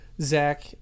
Zach